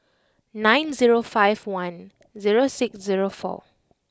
nine zero five one zero six zero four